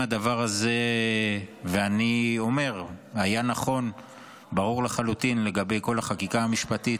אם הדבר הזה היה נכון ברור לחלוטין לגבי כל החקיקה המשפטית,